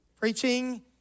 Preaching